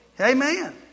Amen